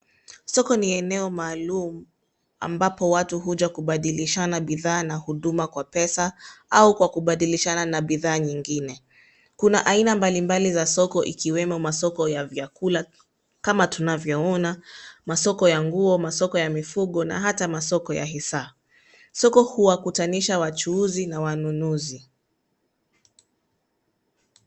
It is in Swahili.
Soko ni eneo maalum ambapo watu huja kubadilishana bidhaa na huduma kwa pesa au kwa kubadilishana na bidhaa nyingine. Kuna aina mbali mbali za soko, ikiwemo masoko ya vyakula kama tunavyoona, masoko ya nguo, masoko ya mifugo, na hata masoko ya hisa. Soko huwakutanisha wachuuzi na wanunuzi